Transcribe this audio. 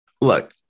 look